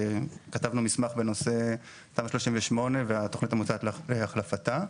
כתבנו מסמך בנושא תמ"א 38 והתכנית המוצעת להחלפתה.